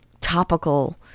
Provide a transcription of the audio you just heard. topical